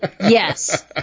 yes